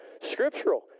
Scriptural